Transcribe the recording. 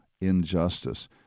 injustice